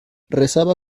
rezaba